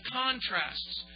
contrasts